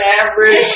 average